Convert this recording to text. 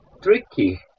Tricky